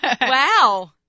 Wow